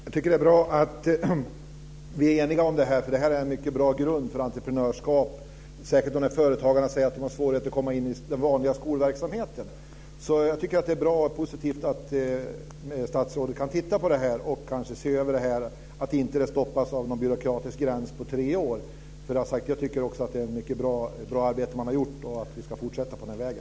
Fru talman! Jag tycker att det är bra att vi är eniga om detta. Det här är en mycket bra grund för entreprenörskap, särskilt som företagarna säger att de har svårt att komma in i den vanliga skolverksamheten. Jag tycker att det är bra om statsrådet kan se över det här så att det inte stoppas av någon byråkratisk gräns på tre år. Jag tycker också att man har gjort ett mycket bra arbete och att man ska fortsätta på den här vägen.